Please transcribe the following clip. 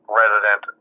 resident